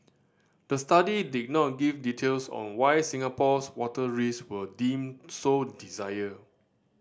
the study did not give details on why Singapore's water risk were deemed so dire